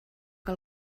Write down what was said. que